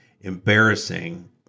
embarrassing